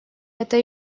это